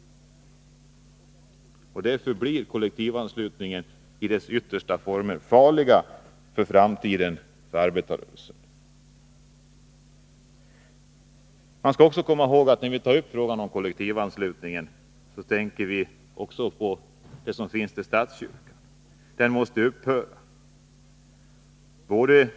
Därför blir kollektivanslutningen i dess yttersta former farlig för arbetarrörelsen i framtiden. Man skall också komma ihåg att när vi tar upp frågan om kollektivanslutningen tänker vi också på den automatiska anslutningen till statskyrkan — den måste upphöra.